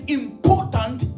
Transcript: important